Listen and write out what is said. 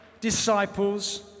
disciples